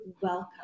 welcome